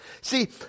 See